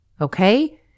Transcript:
okay